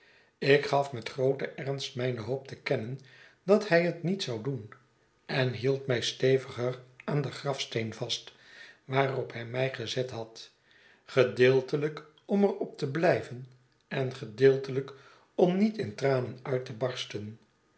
ik gaf met grooten ernst mijne hoop te kennen dat hij het niet zou doen en hield my steviger aan den grafsteen vast waarop hij mij gezet had gedeeltelijk om er op te blijven en gedeeltelijk om niet in tranen uit te barsten